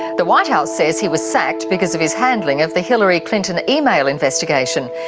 the white house says he was sacked because of his handling of the hillary clinton email investigation,